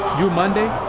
you're monday?